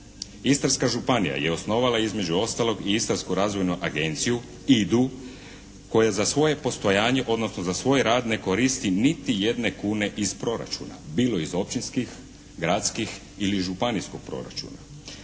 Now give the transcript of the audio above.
Istarska županija je osnovala između ostalog i Istarsku razvojnu agenciju IDA-u koja za svoje postojanje, odnosno za svoj rad ne koristi niti jedne kune iz proračuna, bilo iz općinskih, gradskih ili županijskog proračuna,